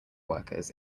workers